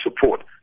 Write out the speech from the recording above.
support